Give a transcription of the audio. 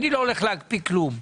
אני לא הולך להקפיא כלום.